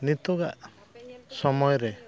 ᱱᱤᱛᱳᱜᱟᱜ ᱥᱚᱢᱚᱭ ᱨᱮ